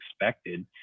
expected